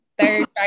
third